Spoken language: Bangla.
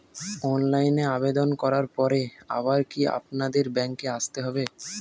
অনলাইনে আবেদন করার পরে আবার কি আপনাদের ব্যাঙ্কে আসতে হবে?